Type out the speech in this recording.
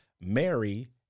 Mary